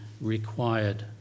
required